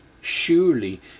Surely